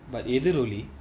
but Ethiroli